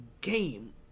game